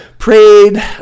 Prayed